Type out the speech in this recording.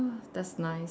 that's nice